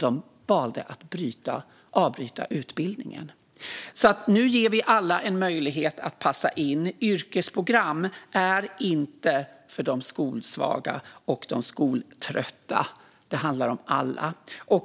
De valde då att avbryta utbildningen. Nu ger vi alla en möjlighet att passa in. Yrkesprogram är inte för de skolsvaga och de skoltrötta. Det handlar om alla.